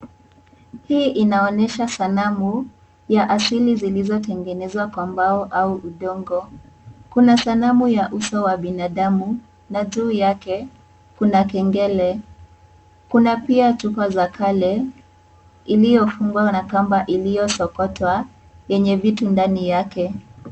Hii inaonyesha sanamu, ya asili zilizotengenezwa kwa mbao au udongo. Kuna sanamu ya uso wa binadamu na juu yake kuna kengele. Kuna pia chupa za kale, iliyofungwa na kamba iliyosokotwa, yenye vitu ndani yake.